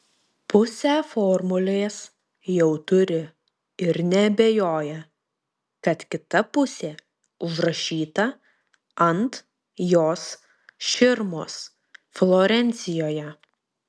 pusę formulės jau turi ir neabejoja kad kita pusė užrašyta ant jos širmos florencijoje